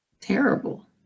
terrible